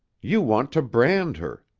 you want to brand her.